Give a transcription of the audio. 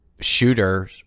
Shooter